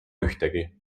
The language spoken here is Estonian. ühtegi